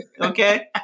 Okay